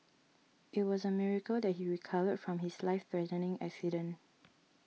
it was a miracle that he recovered from his life threatening accident